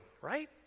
right